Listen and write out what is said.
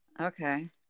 Okay